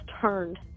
turned